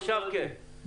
עכשיו כן.